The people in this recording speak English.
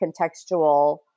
contextual